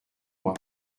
moi